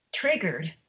triggered